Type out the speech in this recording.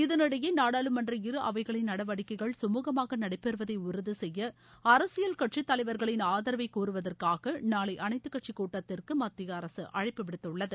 இதனிடையே நாடாளுமன்ற இரு அவைகளின் நடவடிக்கைகள் கமுகமாக நடைபெறுவதை உறுதி செய்ய அரசியல் கட்சித் தலைவா்களின் ஆதரவை கோருவதற்காக நாளை அனைத்துக் கட்சிக் கூட்டத்திற்கு மத்திய அரசு அழழப்பு விடுத்துள்ளது